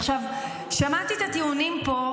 שמעתי את הטיעונים פה,